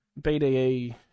BDE